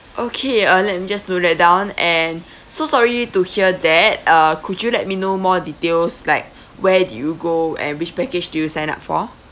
okay uh let me just note that down and so sorry to hear that uh could you let me know more details like where did you go and which package did you sign up for